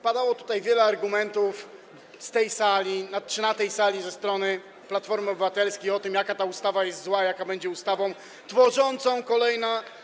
Padało tutaj wiele argumentów z tej sali czy na tej sali ze strony Platformy Obywatelskiej mówiących o tym, jaka ta ustawa jest zła, jaką będzie ustawą tworzącą kolejne.